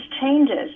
changes